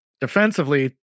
defensively